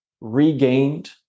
regained